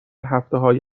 هفتههای